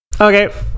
okay